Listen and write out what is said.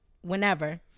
whenever